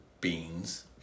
beans